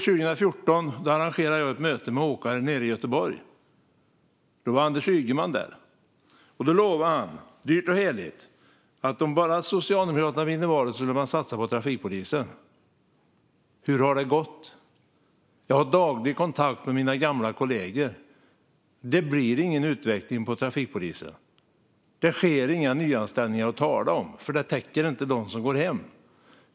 År 2014 arrangerade jag ett möte med åkare nere i Göteborg. Anders Ygeman var där, och han lovade dyrt och heligt att om bara Socialdemokraterna vann valet skulle man satsa på trafikpolisen. Hur har det gått? Jag har daglig kontakt med mina gamla kollegor. Det blir ingen utveckling när det gäller trafikpolisen. Det sker inga nyanställningar att tala om, för de täcker inte dem som går hem.